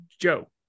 Joe